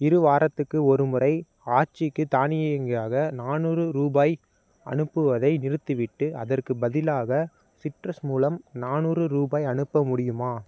இரு வாரத்துக்கு ஒரு முறை ஆச்சிக்கு தானியங்கியாக நானூறு ரூபாய் அனுப்புவதை நிறுத்திவிட்டு அதற்கு பதிலாக சிட்ரஸ் மூலம் நானூறு ரூபாய் அனுப்ப முடியுமா